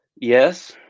yes